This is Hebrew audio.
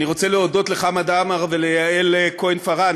אני רוצה להודות לחמד עמאר וליעל כהן-פארן,